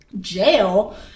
Jail